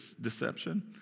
deception